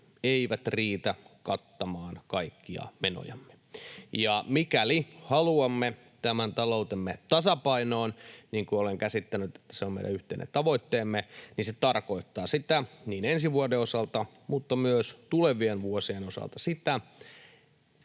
eivät riitä kattamaan kaikkia menojamme. Mikäli haluamme tämän taloutemme tasapainoon, niin kuin olen käsittänyt, että se on meidän yhteinen tavoitteemme, se tarkoittaa niin ensi vuoden kuin myös tulevien vuosien osalta sitä,